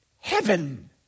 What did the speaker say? heaven